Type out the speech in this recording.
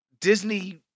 Disney